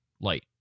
Light